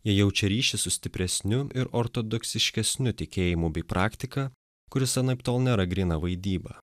jie jaučia ryšį su stipresniu ir ortodoksiškesniu tikėjimu bei praktika kuris anaiptol nėra gryna vaidyba